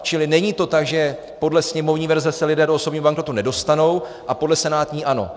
Čili není to tak, že podle sněmovní verze se lidé do osobního bankrotu nedostanou a podle senátní ano.